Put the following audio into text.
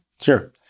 Sure